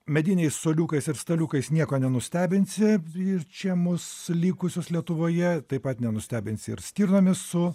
mediniais suoliukais ir staliukais nieko nenustebinsi ir čia mus likusius lietuvoje taip pat nenustebinsi ir stirnomis su